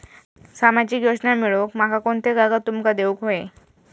सामाजिक योजना मिलवूक माका कोनते कागद तुमका देऊक व्हये?